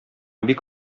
бик